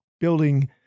building